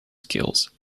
skills